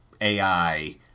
AI